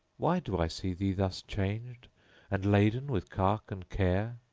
why do i see thee thus changed and laden with cark and care?